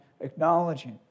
acknowledging